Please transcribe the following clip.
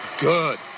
good